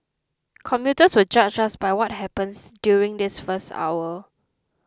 commuters will judge us by what happens during this first hour